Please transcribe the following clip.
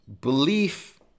Belief